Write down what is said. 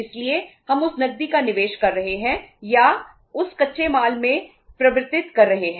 इसलिए हम उस नकदी का निवेश कर रहे हैं या उस नकदी को कच्चे माल में परिवर्तित कर रहे हैं